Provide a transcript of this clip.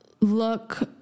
look